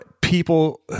people